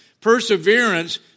perseverance